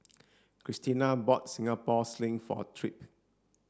Cristina bought Singapore sling for Tripp